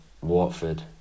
Watford